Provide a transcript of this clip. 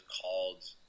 called